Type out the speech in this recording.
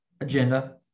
agenda